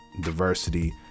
Diversity